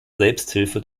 selbsthilfe